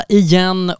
igen